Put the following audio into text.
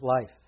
life